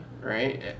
right